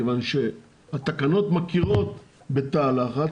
כיוון שהתקנות מכירות בתא הלחץ,